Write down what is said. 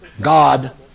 God